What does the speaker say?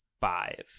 five